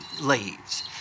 leaves